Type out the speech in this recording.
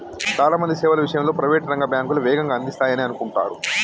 చాలా మంది సేవల విషయంలో ప్రైవేట్ రంగ బ్యాంకులే వేగంగా అందిస్తాయనే అనుకుంటరు